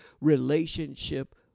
relationship